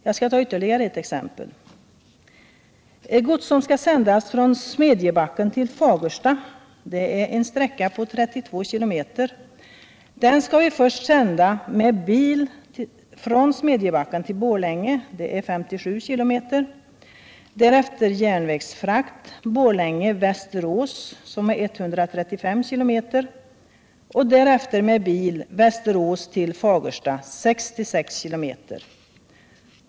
Jag skall ta ytterligare exempel: Gods som skall sändas från Smedjebacken till Fagersta — en sträcka på 32 km — skall först sändas med bil till Smedjebacken-Borlänge som är 57 km. Därefter järnvägsfrakt Borlänge-Västerås, 135 km, och därefter bilfrakt Västerås-Fagersta, 66 km.